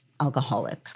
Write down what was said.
alcoholic